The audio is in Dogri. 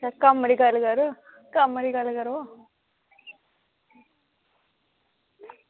ते कोई कम्म दी गल्ल करो यरो कम्म दी गल्ल करो